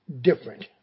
different